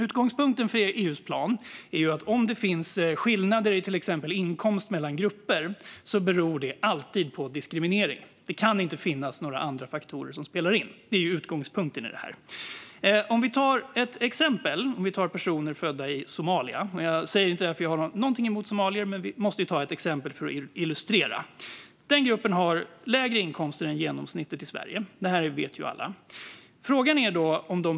Utgångspunkten för EU:s plan är att om det finns skillnader i till exempel inkomst mellan grupper beror det alltid på diskriminering. Det kan inte finnas några andra faktorer som spelar in. Men låt mig ta ett exempel: personer födda i Somalia. Jag har inget emot somalier men måste ju ta något exempel. Att denna grupp har lägre inkomster än genomsnittet i Sverige vet vi alla.